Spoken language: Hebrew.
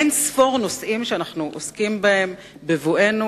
אין-ספור נושאים שאנחנו עוסקים בהם בבואנו